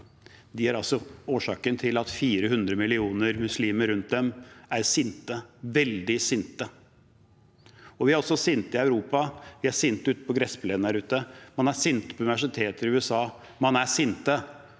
er altså årsaken til at 400 millioner muslimer rundt dem er sinte – veldig sinte. Vi er også sinte i Europa. Vi er sinte på gressplenen her ute. Man er sint på universiteter i USA. Man er sint